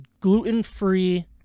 gluten-free